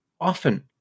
often